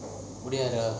முடியாத:mudiyatha